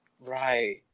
Right